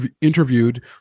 interviewed